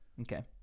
okay